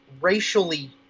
racially